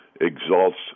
exalts